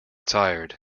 tired